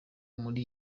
muri